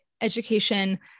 education